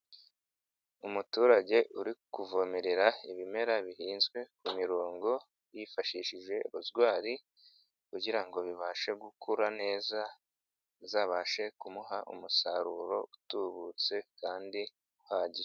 Umuturage uri kuvomerera ibimera bihinzwe ku mirongo yifashishije rozwari kugira ngo bibashe gukura neza, bizabashe kumuha umusaruro utubutse kandi uhagije.